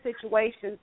situations